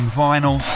vinyl